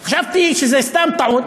חשבתי שזו סתם טעות,